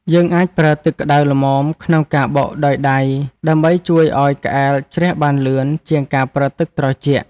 យើងអាចប្រើទឹកក្តៅល្មមក្នុងការបោកដោយដៃដើម្បីជួយឱ្យក្អែលជ្រះបានលឿនជាងការប្រើទឹកត្រជាក់។